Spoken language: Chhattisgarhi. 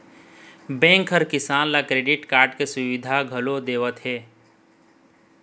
बेंक ह किसान ल क्रेडिट कारड के सुबिधा घलोक देवत हे